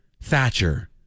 Thatcher